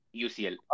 UCL